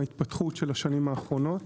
התפתחות השנים האחרונות